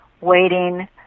waiting